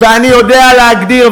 ואני יודע להגדיר,